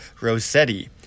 Rossetti